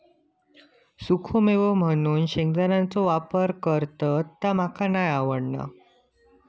सुखो मेवो म्हणून शेंगदाण्याचो वापर करतत ता मका लय आवडता